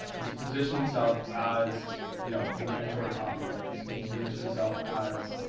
he's positioned himself as you know, the mentor to copywriters. he's positioned itself as,